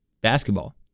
basketball